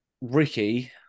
Ricky